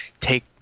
take